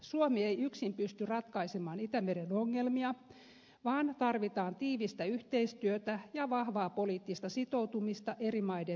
suomi ei yksin pysty ratkaisemaan itämeren ongelmia vaan tarvitaan tiivistä yhteistyötä ja vahvaa poliittista sitoutumista eri maiden välillä